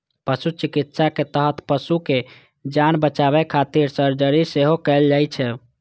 पशु चिकित्साक तहत पशुक जान बचाबै खातिर सर्जरी सेहो कैल जाइ छै